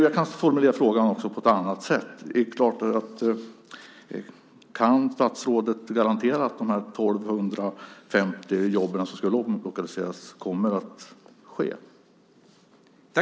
Jag kan formulera frågan på ett annat sätt också: Kan statsrådet garantera att de 1 250 jobb som skulle omlokaliseras kommer att komma?